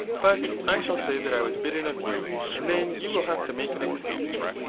but i shall say that i was bidden of you, and then you will have to make an excuse.